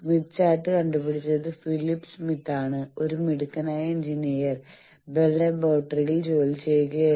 Smith chart കണ്ടുപിടിച്ചത് Philip സ്മിത്താണ് ഒരു മിടുക്കനായ എഞ്ചിനീയർ ബെൽ ലബോറട്ടറിയിൽ ജോലി ചെയ്യുകയായിരുന്നു